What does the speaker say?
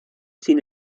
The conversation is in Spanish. sin